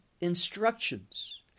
instructions